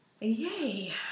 Yay